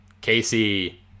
Casey